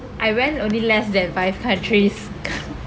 I went only less than five countries